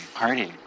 party